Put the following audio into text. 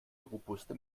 robuste